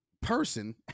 person